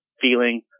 feeling